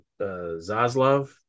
Zaslav